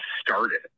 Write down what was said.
started